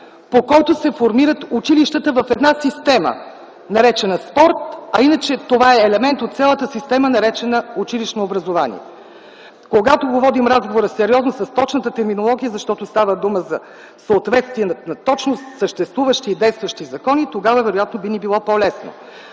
по който се формират училищата в една система наречена спорт, а иначе това е елемент от цялата система наречена училищно образование? Когато водим разговора сериозно с точна терминология, защото става дума за съответствие на съществуващи и действащи закони, тогава вероятно би ни било по-лесно.